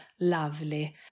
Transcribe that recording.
lovely